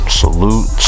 salute